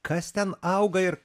kas ten auga ir